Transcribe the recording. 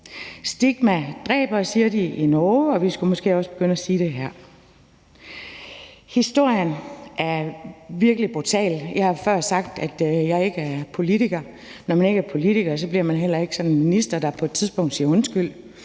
Stigma dræber, siger de i Norge, og vi skulle måske også begynde at sige det her. Historien er virkelig brutal. Jeg har før sagt, at jeg ikke er politiker. Når man ikke er politiker, bliver man heller ikke sådan en minister, der på et tidspunkt siger undskyld.